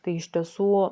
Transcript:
tai iš tiesų